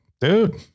Dude